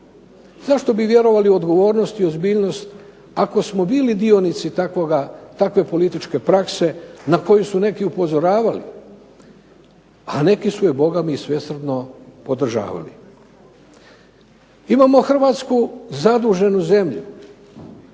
Zašto bi vjerovali u odgovornost i ozbiljnost ako smo bili dionici takve političke prakse na koju su neki upozoravali, a neki su je bogami i svesrdno podržavali. Imamo Hrvatsku zaduženu zemlju